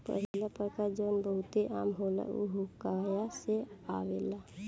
पहिला प्रकार जवन बहुते आम होला उ हुआकाया से आवेला